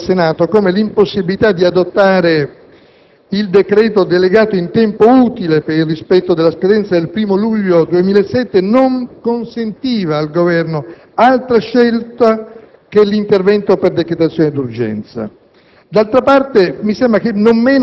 fa. Debbo far rilevare all'Aula del Senato come l'impossibilità di adottare il decreto delegato in tempo utile per il rispetto della scadenza del 1° luglio 2007 non consentiva al Governo altra scelta che l'intervento per decretazione d'urgenza.